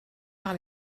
par